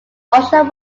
unsure